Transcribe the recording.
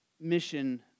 mission